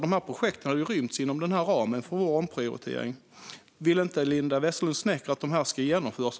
Alla dessa projekt skulle rymmas inom ramen för vår omprioritering från höghastighetsprojektet. Vill inte Linda W Snecker att dessa projekt ska genomföras?